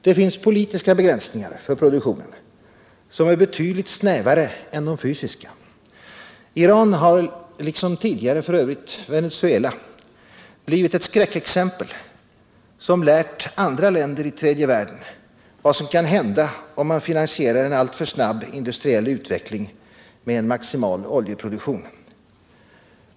Det finns politiska begränsningar för produktionen som är betydligt snävare än de fysiska. Iran har — liksom tidigare f. ö. Venezuela — blivit ett skräckexempel som lärt andra länder i tredje världen vad som kan hända om man finansierar en alltför snabb industriell utveckling med en maximal oljeproduktion.